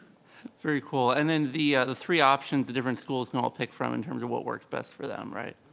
very cool, and then the the three options the different schools and will pick from in terms of what works best for them, right?